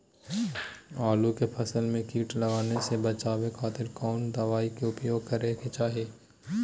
आलू के फसल में कीट लगने से बचावे खातिर कौन दवाई के उपयोग करे के चाही?